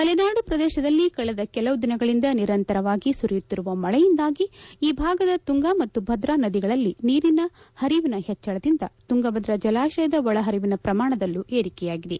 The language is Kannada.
ಮಲೆನಾಡು ಪ್ರದೇಶದಲ್ಲಿ ಕಳೆದ ಕೆಲವು ದಿನಗಳಿಂದ ನಿರಂತರವಾಗಿ ಸುರಿಯುತ್ತಿರುವ ಮಳೆಯಿಂದಾಗಿ ಈ ಭಾಗದ ತುಂಗಾ ಮತ್ತು ಭದ್ರಾ ನದಿಗಳಲ್ಲಿ ನೀರಿನ ಪರಿವಿನ ಪೆಚ್ಚಳದಿಂದ ತುಂಗಭದ್ರಾ ಜಲಾಶಯದ ಒಳ ಪರಿವಿನ ಪ್ರಮಾಣದಲದ್ದೂ ಏರಿಕೆಯಾಗಿದೆ